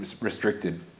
restricted